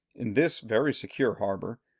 in this very secure harbour,